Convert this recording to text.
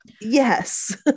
yes